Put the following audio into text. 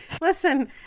Listen